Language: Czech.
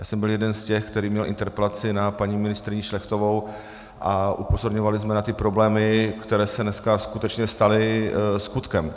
Já jsem byl jeden z těch, který měl interpelaci na paní ministryni Šlechtovou, a upozorňovali jsme na ty problémy, které se dneska skutečně staly skutkem.